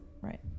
right